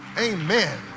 Amen